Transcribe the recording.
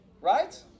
Right